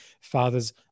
father's